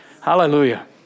Hallelujah